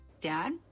Dad